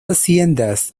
haciendas